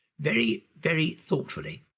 very, very thoughtfully,